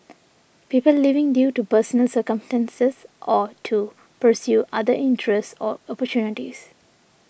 people leaving due to personal circumstances or to pursue other interests or opportunities